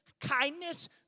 kindness